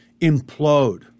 implode